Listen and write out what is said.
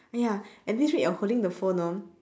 !aiya! at this rate you are holding the phone orh